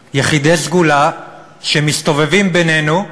כנסת יחידי סגולה שמסתובבים בינינו,